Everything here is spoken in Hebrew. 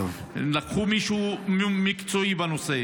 לקחו מישהו מקצועי בנושא.